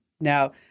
now